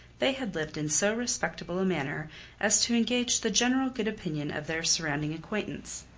they had lived in so respectable a manner as to engage the general good opinion of their surrounding acquaintance.